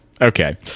Okay